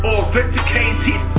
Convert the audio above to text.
Authenticated